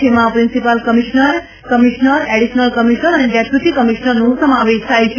જેમાં principal commissioner commissioner additional commissioner અને deputy કમિશ્નરનો સમાવેશ થાય છે